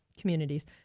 communities